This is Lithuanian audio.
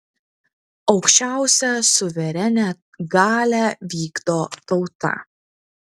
aukščiausią suverenią galią vykdo tauta